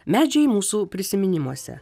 medžiai mūsų prisiminimuose